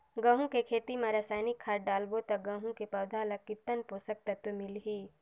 गंहू के खेती मां रसायनिक खाद डालबो ता गंहू के पौधा ला कितन पोषक तत्व मिलही?